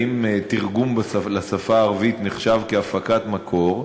האם תרגום לשפה הערבית נחשב להפקת מקור,